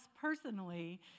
personally